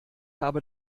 habe